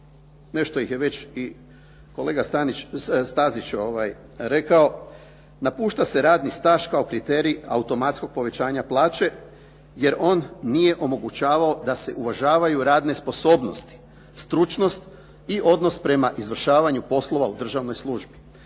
nešto ih je već i kolega Stazić rekao. Napušta se radni staž kao kriterij automatskog povećanja plaće, jer on nije omogućavao da se uvažavaju radne sposobnosti, stručnost i odnos prema izvršavanju poslova u državnoj službi.